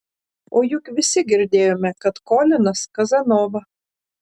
o juk visi girdėjome kad kolinas kazanova